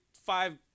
five